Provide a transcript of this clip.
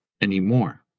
anymore